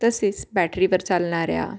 तसेच बॅटरीवर चालणाऱ्या